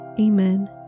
Amen